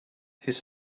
his